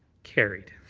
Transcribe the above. carried.